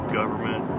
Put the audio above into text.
government